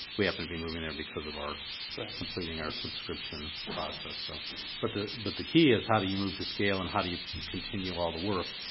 we happen to be moving there because of our completing our subscription process. so but the but the key is how do you move to scale and how do you continue all the work.